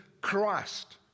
Christ